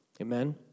Amen